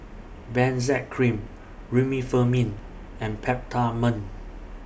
Benzac Cream Remifemin and Peptamen